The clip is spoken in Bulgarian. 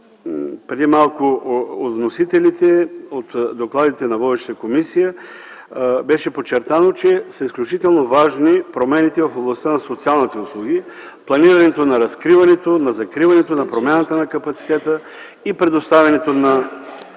Преди малко в докладите на вносителите от водещата комисия беше подчертано, че са изключително важни промените в областта на социалните услуги, планирането на разкриването, на закриването, на промяната на капацитета и предоставянето на